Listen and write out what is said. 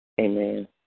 Amen